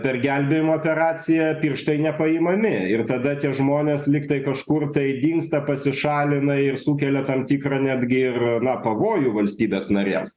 per gelbėjimo operaciją pirštai nepaimami ir tada tie žmonės lygtai kažkur tai dingsta pasišalina ir sukelia tam tikrą netgi ir na pavojų valstybės narėms